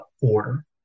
order